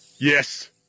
Yes